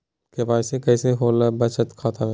KYC कैसे होला बचत खाता में?